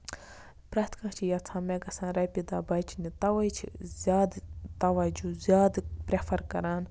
پرٛٮ۪تھ کانہہ چھُ یَژھان مےٚ گژھن رۄپیہِ دہ بَچنہِ تَوے چھُ زیادٕ تَوَجُہہ زیادٕ پرٮ۪فر کران